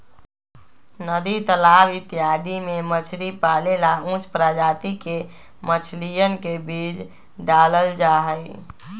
नदी तालाब इत्यादि में मछली पाले ला उच्च प्रजाति के मछलियन के बीज डाल्ल जाहई